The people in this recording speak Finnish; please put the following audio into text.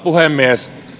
puhemies